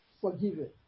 forgiven